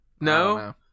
No